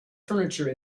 furniture